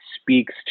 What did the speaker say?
speaks